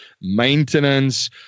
maintenance